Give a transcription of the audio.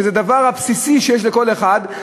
שזה הדבר הבסיסי שיש לכל אחד,